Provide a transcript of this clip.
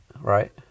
right